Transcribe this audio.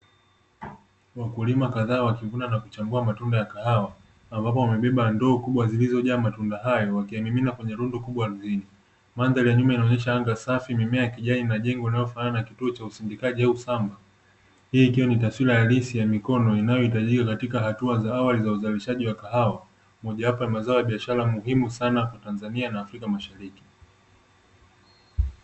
Wakulima kadhaa wakivuna na kuchambua matunda ya kahawa, ambapo wamebeba ndoo kubwa zilizojaa matunda hayo, wakiyamimina kwenye lundo kubwa ardhini. Mandhari ya nyuma inaonesha anga safi, mimea ya kijani na jengo linalofanana na kituo cha usindikaji au sama. Hii ikiwa ni taswira halisi ya mikono inayohitajika katika hatua za awali za uzalishaji wa kahawa. Mojawapo ya mazao muhimu sana Tanzania na Afrika Mashariki.